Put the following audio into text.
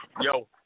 Yo